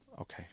okay